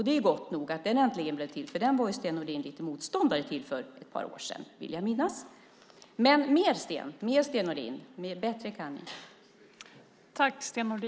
Det är gott nog att den äntligen blir till, för den var Sten Nordin lite motståndare till för ett par år sedan, vill jag minnas. Men mer, Sten Nordin! Bättre kan ni!